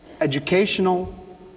educational